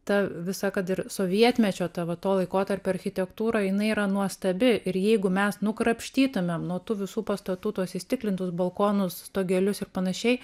ta visa kad ir sovietmečio tavo to laikotarpio architektūra jinai yra nuostabi ir jeigu mes nukrapštytumėm nuo tų visų pastatų tuos įstiklintus balkonus stogelius ir panašiai